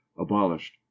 abolished